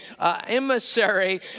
emissary